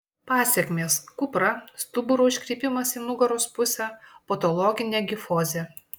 pasekmės kupra stuburo iškrypimas į nugaros pusę patologinė kifozė